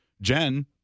Jen